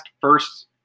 first